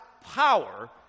power